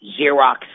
Xerox